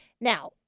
Now